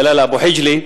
דלאל אבו-חג'לה,